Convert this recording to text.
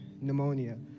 pneumonia